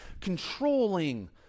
controlling